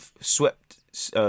swept